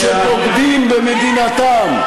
מי שבוגדים במדינתם.